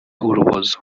urubozo